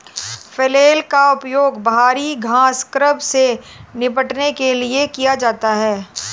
flail का उपयोग भारी घास स्क्रब से निपटने के लिए किया जाता है